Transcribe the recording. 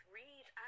read